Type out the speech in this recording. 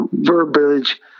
verbiage